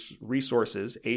resources